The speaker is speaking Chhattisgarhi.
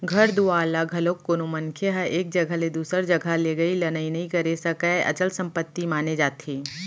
घर दुवार ल घलोक कोनो मनखे ह एक जघा ले दूसर जघा लेगई लनई नइ करे सकय, अचल संपत्ति माने जाथे